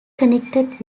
connected